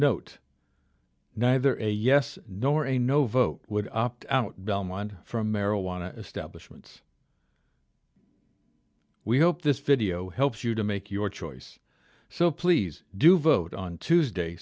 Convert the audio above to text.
note neither yes nor a no vote would opt out belmont from marijuana establishments we hope this video helps you to make your choice so please do vote on tuesday